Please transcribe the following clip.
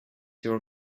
your